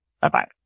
Bye-bye